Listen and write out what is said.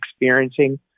experiencing